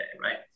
right